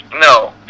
no